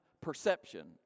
perception